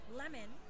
lemon